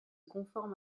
conforme